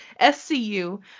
SCU